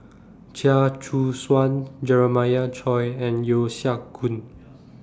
Chia Choo Suan Jeremiah Choy and Yeo Siak Goon